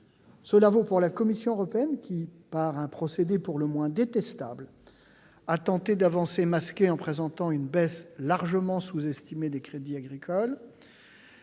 Cela vaut pour la Commission européenne qui, par un procédé pour le moins détestable, a tenté d'avancer masquée en présentant une baisse largement sous-estimée des crédits agricoles.